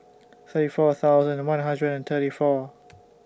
thirty four thousand one hundred and thirty four